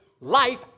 life